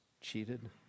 cheated